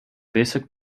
basic